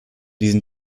diesen